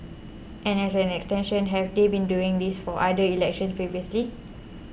and as an extension have they been doing this for other elections previously